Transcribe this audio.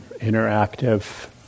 interactive